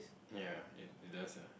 ya it it does ah